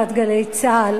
בעד "גלי צה"ל",